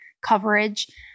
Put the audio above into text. coverage